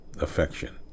affection